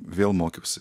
vėl mokiausi